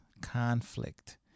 conflict